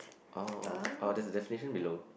oh oh oh that's the definition below